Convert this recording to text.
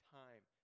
time